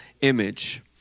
image